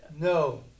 No